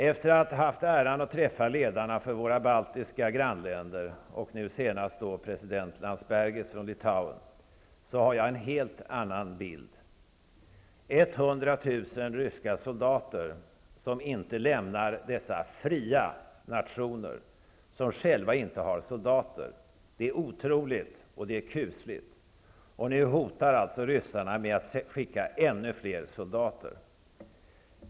Efter att ha haft äran att träffa ledarna för våra baltiska grannländer -- nu senast president Landsbergis från Litauen -- har jag en helt annan bild. Att så många som 100 000 ryska soldater inte lämnar dessa fria nationer som inte själva har soldater är otroligt och kusligt. Nu hotar även ryssarna med att skicka ännu fler soldater.